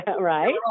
Right